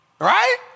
Right